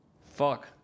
Fuck